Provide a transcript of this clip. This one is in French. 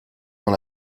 dans